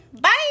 Bye